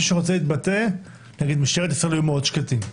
משטרת ישראל, בבקשה.